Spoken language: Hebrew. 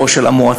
או של המועצה.